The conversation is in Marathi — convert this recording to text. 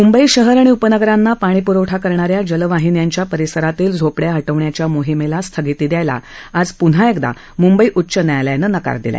मूंबई शहर आणि उपनगरांना पाणी प्रवठा करणाऱ्या जलवाहिन्यांच्या परिसरातील झोपड्या हटविण्याच्या मोहिमेला स्थगिती द्यायला आज पुन्हा एकदा मुंबई उच्च न्यायालयानं नकार दिला